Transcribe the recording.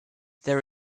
there